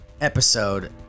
episode